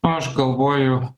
aš galvoju